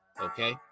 Okay